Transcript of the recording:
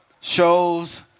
shows